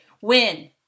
Win